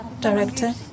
director